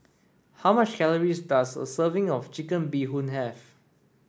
how much calories does a serving of chicken bee hoon have